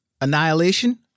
annihilation